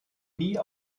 nie